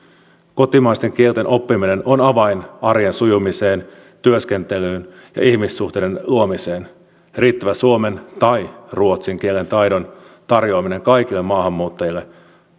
kotimaisten kielten oppiminen on avain arjen sujumiseen työskentelyyn ja ihmissuhteiden luomiseen riittävä suomen tai ruotsin kielen taidon tarjoaminen kaikille maahanmuuttajille